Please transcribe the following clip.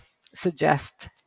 suggest